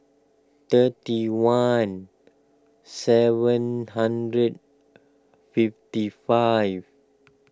thirty one seven hundred fifty five